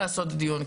לעשות דיון,